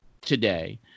today